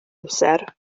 amser